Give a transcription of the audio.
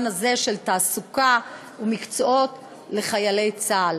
הזה של תעסוקה ומקצועות לחיילי צה"ל.